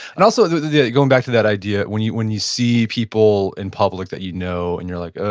and also going back to that idea, when you when you see people in public that you know and you're like, oh,